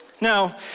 Now